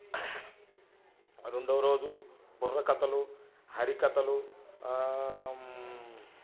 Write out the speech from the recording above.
రెండో రోజు బుర్రకథలు హరికథలు